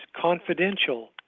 confidential